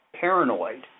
paranoid